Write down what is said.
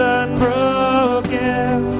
unbroken